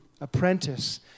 apprentice